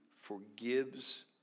forgives